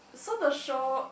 so the show